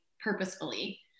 purposefully